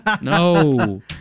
No